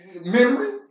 memory